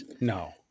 No